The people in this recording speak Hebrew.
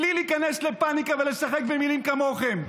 בלי להיכנס לפניקה ולשחק במילים כמוכם.